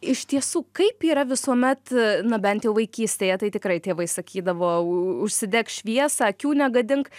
iš tiesų kaip yra visuomet na bent jau vaikystėje tai tikrai tėvai sakydavo užsidek šviesą akių negadink